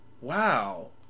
wow